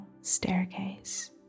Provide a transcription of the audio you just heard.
staircase